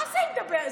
מה זה היא מדברת?